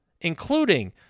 including